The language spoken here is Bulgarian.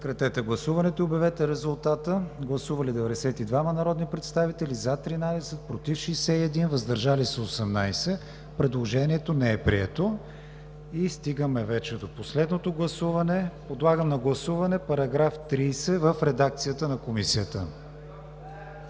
края да се добави: „включително денонощни“. Гласували 92 народни представители: за 13, против 61, въздържали се 18. Предложението не е прието. И стигаме вече до последното гласуване. Подлагам на гласуване § 30 в редакцията на Комисията.